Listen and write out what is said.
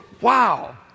wow